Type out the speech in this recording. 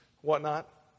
whatnot